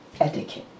etiquette